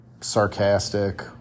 sarcastic